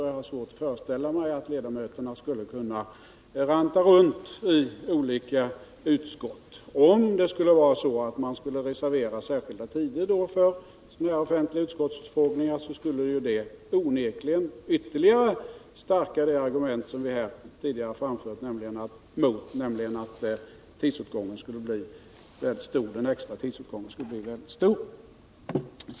Jag har svårt att föreställa mig att ledamöterna skulle kunna ranta runt i olika utskott. Och om man reserverade särskilda tider för de utskott som har offentliga utfrågningar, då skulle det onekligen ytterligare stärka det argument mot förslaget som tidigare framförts, nämligen att den extra tidsåtgången skulle bli väldigt stor.